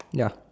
ya